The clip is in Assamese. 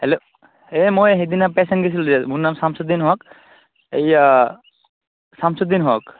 হেল্ল' এই মই সেইদিনা পেচেণ্ট গৈছিলোঁ যে মোৰ নাম ছামছুদ্দিন হক এইয়া ছামছুদ্দিন হক